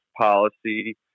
policy